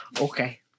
okay